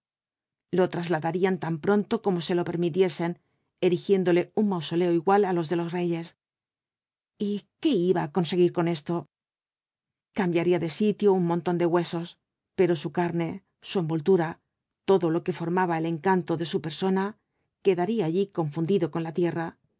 lo trasladaría tan pronto como se lo permitiesen erigiéndole un mausoleo igual á los de los reyes y qué iba á conseguir con esto cambiaría de sitio un montón de huesos pero su carne su envoltura todo lo que formaba el encanto de su persona quedaría allí confundido con la tierra